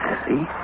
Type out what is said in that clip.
see